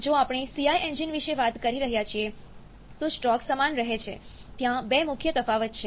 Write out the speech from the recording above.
જો આપણે CI engine વિશે વાત કરી રહ્યા છીએ તો સ્ટ્રોક સમાન રહે છે ત્યાં બે મુખ્ય તફાવત છે